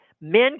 men